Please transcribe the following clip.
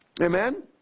Amen